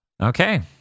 Okay